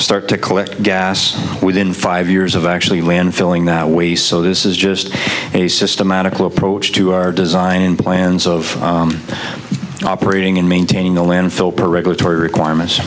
start to collect gas within five years of actually when filling that way so this is just a systematic approach to our design in plans of operating in maintaining a landfill per regulatory requirements